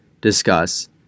discuss